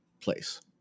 place